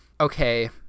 okay